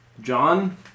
John